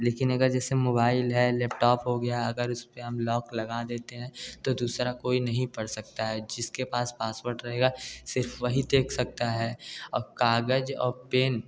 लेकिन अगर जैसे मोबाइल है लेपटाॅप हो गया अगर उसपे हम लॉक लगा देते हैं तो दूसरा कोई नही पढ़ सकता है जिसके पास पासवर्ड रहेगा सिर्फ वही देख सकता है और कागज और पेन